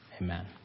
Amen